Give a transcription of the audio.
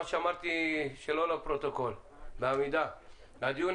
מה שאמרתי שלא לפרוטוקול אלא בעמידה: הדיון